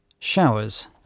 showers